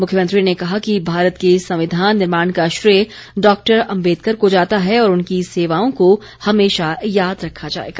मुख्यमंत्री ने कहा कि भारत के संविधान निर्माण का श्रेय डॉक्टर अम्बेदकर को जाता है और उनकी सेवाओं को हमेशा याद रखा जाएगा